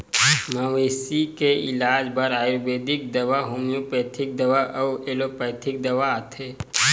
मवेशी के इलाज बर आयुरबेदिक दवा, होम्योपैथिक दवा अउ एलोपैथिक दवा आथे